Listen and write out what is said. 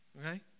Okay